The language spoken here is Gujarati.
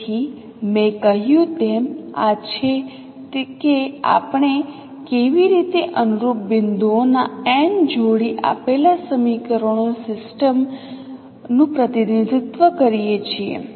તેથી મેં કહ્યું તેમ આ છે કે આપણે કેવી રીતે અનુરૂપ બિંદુઓના n જોડી આપેલા સમીકરણોની સિસ્ટમ નું પ્રતિનિધિત્વ કરીએ છીએ